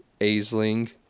Aisling